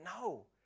No